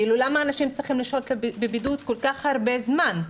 למה אנשים צריכים לשהות בבידוד כל כך הרבה זמן,